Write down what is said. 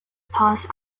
pass